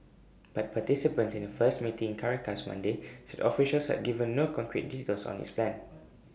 but participants in A first meeting in Caracas Monday said officials had given no concrete details on its plan